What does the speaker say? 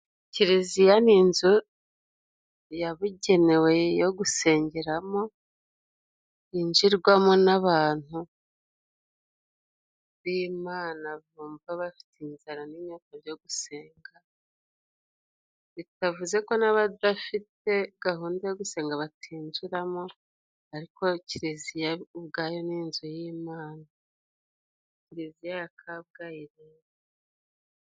Kiriziya ni inzu yabugenewe yo gusengeramo， yinjirwamo n'abantu b' Imana bumva bafite inzara n'inyota byo gusenga, bitavuze ko n'abadafite gahunda yo gusenga batinjiramo， ariko kiriziya ubwayo ni inzu y'Imana， kiriziya ya Kabgayi.